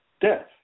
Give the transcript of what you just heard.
death